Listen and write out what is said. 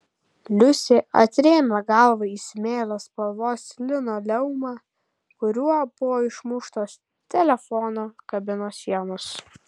liusė atrėmė galvą į smėlio spalvos linoleumą kuriuo buvo išmuštos telefono kabinos sienos